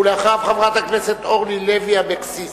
ואחריו, חברת הכנסת אורלי לוי אבקסיס.